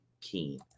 keen